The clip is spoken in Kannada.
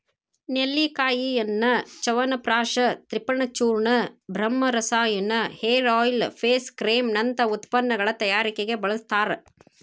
ನೆಲ್ಲಿಕಾಯಿಯನ್ನ ಚ್ಯವನಪ್ರಾಶ ತ್ರಿಫಲಚೂರ್ಣ, ಬ್ರಹ್ಮರಸಾಯನ, ಹೇರ್ ಆಯಿಲ್, ಫೇಸ್ ಕ್ರೇಮ್ ನಂತ ಉತ್ಪನ್ನಗಳ ತಯಾರಿಕೆಗೆ ಬಳಸ್ತಾರ